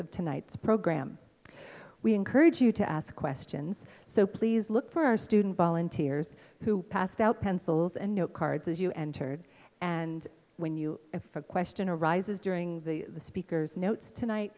of tonight's program we encourage you to ask questions so please look for student volunteers who passed out pencils and note cards as you entered and when you if a question arises during the speaker's notes tonight